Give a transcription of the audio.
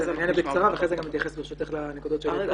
אני אענה בקצרה ואחר כך אתייחס ברשותך לנקודות שהועלו כאן.